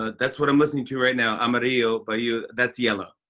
ah that's what i'm listening to, right now, amarillo, by you. that's yellow.